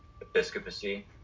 episcopacy